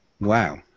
Wow